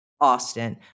Austin